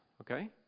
Okay